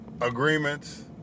Agreements